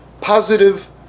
positive